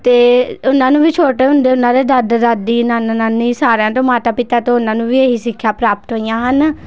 ਅਤੇ ਓਹਨਾਂ ਨੂੰ ਵੀ ਛੋਟੇ ਹੁੰਦੇ ਓਹਨਾਂ ਦੇ ਦਾਦਾ ਦਾਦੀ ਨਾਨਾ ਨਾਨੀ ਸਾਰਿਆਂ ਤੋਂ ਮਾਤਾ ਪਿਤਾ ਤੋਂ ਓਹਨਾਂ ਨੂੰ ਵੀ ਇਹੀ ਸਿੱਖਿਆ ਪ੍ਰਾਪਤ ਹੋਈਆਂ ਹਨ